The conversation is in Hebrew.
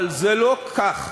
אבל זה לא כך,